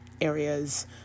areas